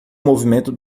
movimento